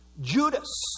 Judas